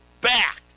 back